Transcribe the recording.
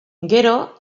gero